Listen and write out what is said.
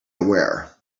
aware